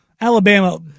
Alabama